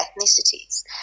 ethnicities